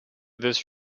this